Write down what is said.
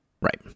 right